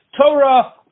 Torah